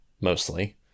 mostly